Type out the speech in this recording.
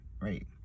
right